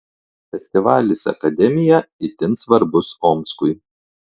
festivalis akademija itin svarbus omskui